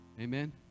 amen